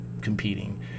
competing